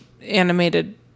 animated